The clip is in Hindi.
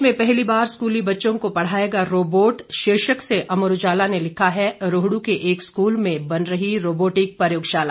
प्रदेश में पहली बार स्कूली बच्चों को पढ़ाएगा रोबोट शीर्षक से अमर उजाला ने लिखा है रोहडू के एक स्कूल में बन रही रोबोटिक प्रयोगशाला